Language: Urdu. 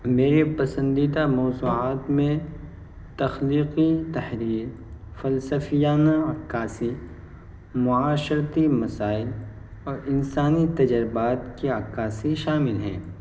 اور میرے پسندیدہ موضوعات میں تخلیقی تحریر فلسفیانہ عکاسی معاشرتی مسائل اور انسانی تجربات کی عکاسی شامل ہیں